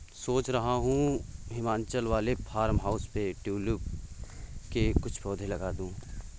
सोच रहा हूं हिमाचल वाले फार्म हाउस पे ट्यूलिप के कुछ पौधे लगा दूं